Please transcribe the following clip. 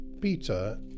Peter